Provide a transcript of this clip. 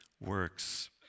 works